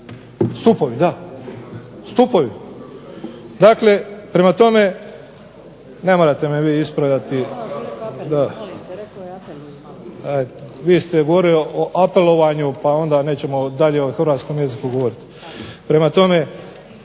tog mosta. Stupovi da. Prema tome, ne morate me vi ispravljati, vi ste govorili o apelovanju pa nećemo dalje od hrvatskom jeziku govoriti. Dakle,